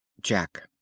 Jack